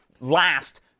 last